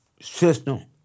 system